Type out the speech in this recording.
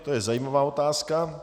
To je zajímavá otázka.